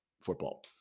football